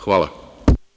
Hvala.